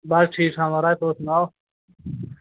बस ठीक ठाक म्हाराज तुस सनाओ